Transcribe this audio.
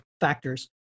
factors